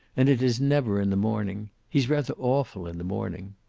and it is never in the morning. he's rather awful in the morning.